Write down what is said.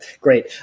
Great